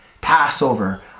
Passover